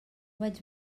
vaig